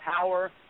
power